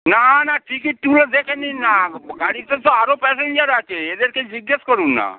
না না টিকিট তুলে দেখে নিন না গাড়িতে তো আরও প্যাসেঞ্জার আছে এদেরকে জিজ্ঞেস করুন না